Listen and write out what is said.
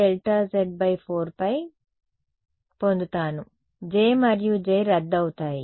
కాబట్టి నేను IΔz4π పొందుతాను j మరియు j రద్దు అవుతాయి